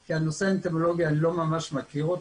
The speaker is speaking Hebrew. כי את הנושא האטימולוגי אני לא ממש מכיר.